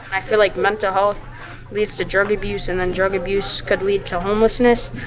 i feel like mental health leads to drug abuse, and then drug abuse could lead to homelessness,